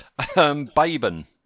Baben